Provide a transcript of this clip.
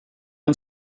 and